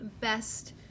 best